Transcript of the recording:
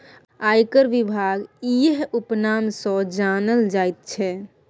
आयकर विभाग इएह उपनाम सँ जानल जाइत छै